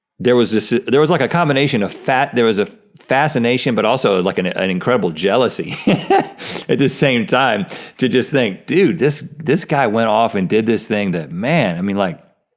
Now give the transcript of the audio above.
there was this, there was like a combination, there was a fascination, but also like an an incredible jealousy at the same time to just think, dude, this, this guy went off and did this thing that, man, i mean like,